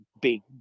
big